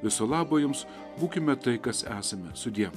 viso labo jums būkime tai kas esame sudiev